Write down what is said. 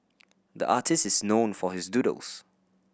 the artist is known for his doodles